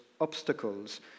obstacles